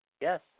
Yes